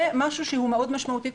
זה משהו שהוא מאוד משמעותי,